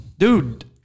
Dude